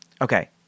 Okay